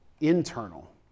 internal